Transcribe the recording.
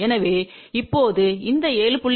எனவே இப்போது இந்த 7